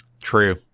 True